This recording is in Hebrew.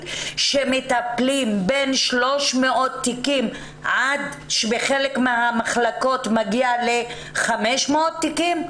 שמטפלים בין 300 תיקים ובחלק מהמחלקות מגיע ל-500 תיקים?